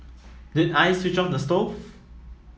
did I switch on the stove